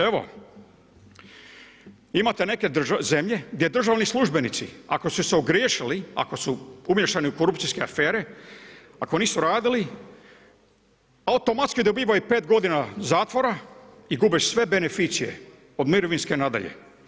Evo imate neke zemlje gdje državni službenici ako su se ogriješili, ako su umiješani u korupcijske afere, ako nisu radili automatski dobivaju pet godina zatvora i gube sve beneficije od mirovinske nadalje.